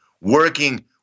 working